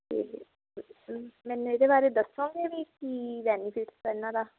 ਅਤੇ ਮੈਨੂੰ ਇਹਦੇ ਬਾਰੇ ਦੱਸੋਂਗੇ ਵੀ ਕੀ ਬੈਨੀਫਿਟਸ ਇਨ੍ਹਾਂ ਦਾ